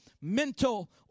mental